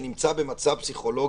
החינוך.